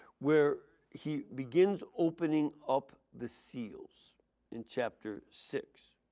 where he begins opening up the seals in chapter six.